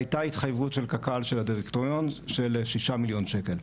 והייתה התחייבות של קק"ל של הדירקטוריות של ששה מיליון שקלים.